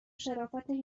شرافتش